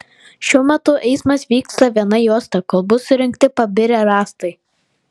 šiuo metu eismas vyksta viena juosta kol bus surinkti pabirę rąstai